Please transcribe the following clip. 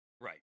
Right